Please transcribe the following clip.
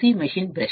DC machine brush